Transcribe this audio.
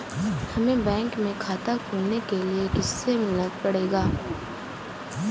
हमे बैंक में खाता खोलने के लिए किससे मिलना पड़ेगा?